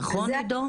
נכון עידו?